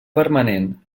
permanent